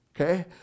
Okay